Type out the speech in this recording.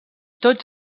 tots